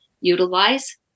utilize